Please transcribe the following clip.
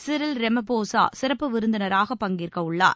Cyril Ramaphosa சிறப்பு விருந்தினராக பங்கேற்கவுள்ளார்